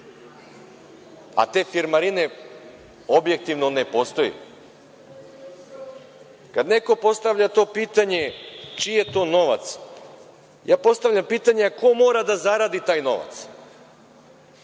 a te firmarine objektivno ne postoje. Kada neko postavlja pitanje - čiji je to novac, ja postavljam pitanje – a ko mora da zaradi taj novac?